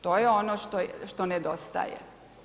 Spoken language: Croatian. To je ono što nedostaje.